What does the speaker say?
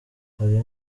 hari